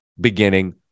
beginning